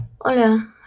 hola